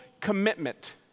commitment